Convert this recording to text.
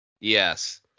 yes